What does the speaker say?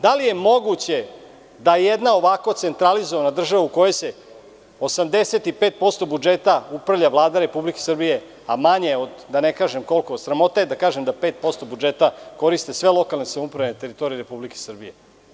Da li je moguće da jedna ovako centralizovana država u kojoj sa 85% budžeta upravlja Vlada Republike Srbije, a sramota je da kažem da 5% budžeta koriste sve lokalne samouprave na teritoriji Republike Srbije?